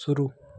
शुरू